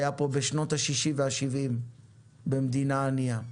פה בשנות השישים והשבעים במדינה ענייה.